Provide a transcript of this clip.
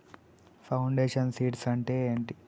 Foundation seeds అంటే ఏంటి?